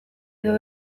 edo